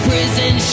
Prison